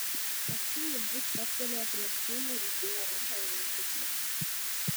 paskui ūmai stabtelėjo prieš sūnų ir uždėjo ranką jam ant peties